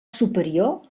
superior